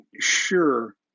sure